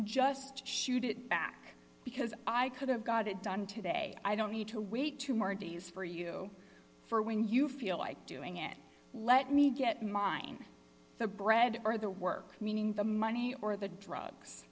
just shoot it back because i could have got it done today i don't need to wait two more to use for you for when you feel like doing it let me get mine the bread or the work meaning the money or the drugs